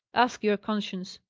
ask your conscience.